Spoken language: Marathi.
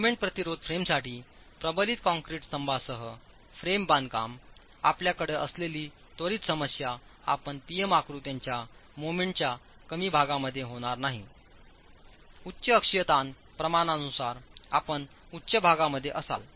मोमेंट प्रतिरोधकफ्रेमसाठी प्रबलित कंक्रीट स्तंभांसह फ्रेम बांधकाम आपल्याकडे असलेली त्वरित समस्या आपण P M आकृत्याच्या मोमेंट च्या कमी भागामध्ये होणार नाही उच्च अक्षीय ताण प्रमाणानुसार आपण उच्च भागामध्ये असाल